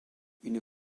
une